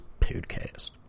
podcast